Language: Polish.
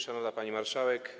Szanowna Pani Marszałek!